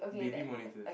baby monitors